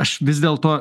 aš vis dėl to